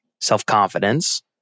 self-confidence